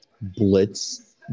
Blitz